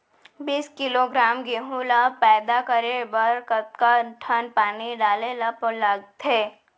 बीस किलोग्राम गेहूँ ल पैदा करे बर कतका टन पानी डाले ल लगथे?